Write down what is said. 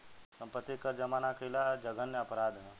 सम्पत्ति के कर जामा ना कईल जघन्य अपराध ह